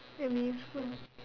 it'll be useful